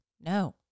no